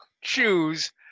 choose